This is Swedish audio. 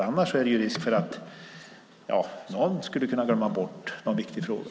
Annars finns det risk för att man glömmer bort någon viktig fråga.